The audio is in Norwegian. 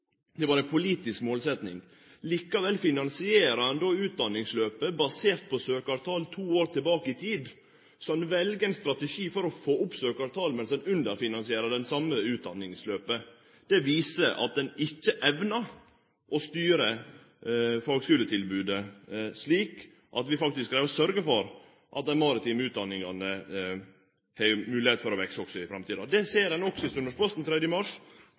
Det var ei politisk målsetjing. Likevel finansierer ein då utdanningsløpet basert på søkjartal to år tilbake i tid, og så vel ein ein strategi for å få opp søkjartalet medan ein underfinansierer det same utdanningsløpet. Det viser at ein ikkje evnar å styre fagskuletilbodet slik at vi faktisk greier å sørgje for at dei maritime utdanningane har moglegheit til å vekse i framtida. Det ser ein òg i Sunnmørsposten 3. mars.